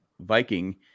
viking